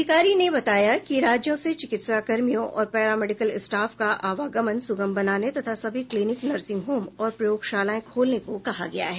अधिकारी ने बताया कि राज्यों से चिकित्साकर्मियों और पैरामेडिकल स्टाफ का आवागमन सुगम बनाने तथा सभी क्लिनिक नर्सिंग होम और प्रयोगशालाएं खोलने को कहा गया है